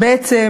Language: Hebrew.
בעצם